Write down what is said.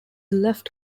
left